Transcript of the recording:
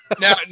Now